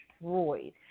destroyed